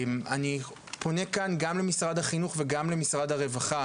אני פונה כאן גם למשרד החינוך וגם למשרד הרווחה,